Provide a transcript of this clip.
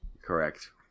Correct